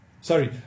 Sorry